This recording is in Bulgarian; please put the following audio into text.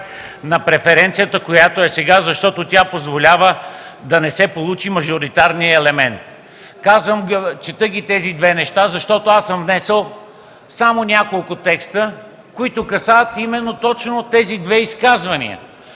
на преференцията, която е сега, защото тя позволява да не се получи мажоритарният елемент”. Чета тези две неща, защото аз съм внесъл само няколко текста, които касаят именно точно тези две изказвания